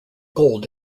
gold